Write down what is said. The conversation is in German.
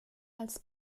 als